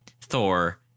Thor